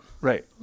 Right